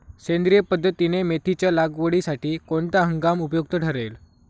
सेंद्रिय पद्धतीने मेथीच्या लागवडीसाठी कोणता हंगाम उपयुक्त ठरेल?